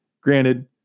Granted